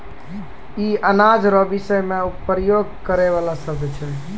ई अनाज रो विषय मे प्रयोग करै वाला शब्द छिकै